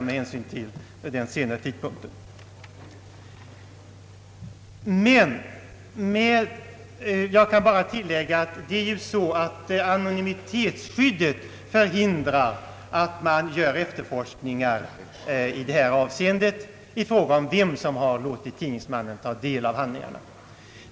Men jag vill nämna det förhållandet att anonymitetsskyddet förhindrar att efterforskningar görs i fråga om vem som har låtit vederbörande tidningsman ta del av handlingarna.